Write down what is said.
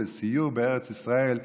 לסיור בארץ ישראל,